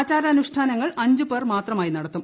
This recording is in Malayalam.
ആചാരാനുഷ്ഠാനങ്ങൾ അഞ്ചുപേർ മാത്രമായി നടത്തും